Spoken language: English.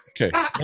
okay